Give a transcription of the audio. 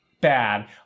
Bad